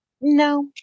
No